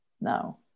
No